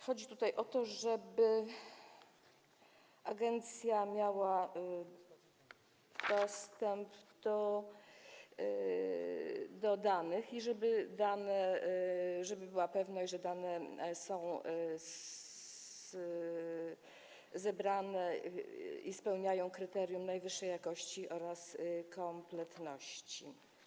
Chodzi o to, żeby agencja miała dostęp do danych i żeby była pewność, że dane są zebrane i spełniają kryterium najwyższej jakości oraz kompletności.